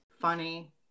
Funny